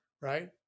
right